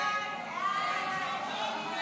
ההצעה להעביר